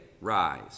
rise